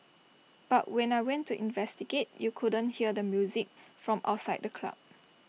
but when I went to investigate you couldn't hear the music from outside the club